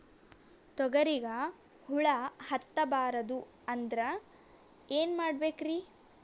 ತೊಗರಿಗ ಹುಳ ಹತ್ತಬಾರದು ಅಂದ್ರ ಏನ್ ಮಾಡಬೇಕ್ರಿ?